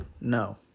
no